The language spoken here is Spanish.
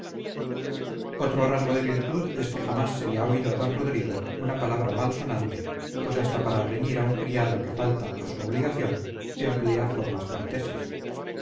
otro rasgo de virtud es que jamás se le ha oído a d rodrigo una palabra mal sonante pues hasta para reñir a un criado que falta a su obligación emplea formas corteses